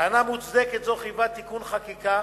טענה מוצדקת זו חייבה תיקון חקיקה,